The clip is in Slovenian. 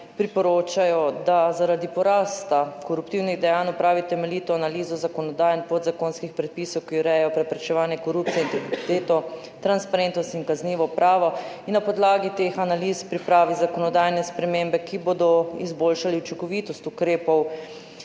priporočajo, da zaradi porasta koruptivnih dejanj opravi temeljito analizo zakonodaje in podzakonskih predpisov, ki urejajo preprečevanje korupcije in integriteto, transparentnost in kaznivo pravo in na podlagi teh analiz pripravi zakonodajne spremembe, ki bodo izboljšali učinkovitost ukrepov,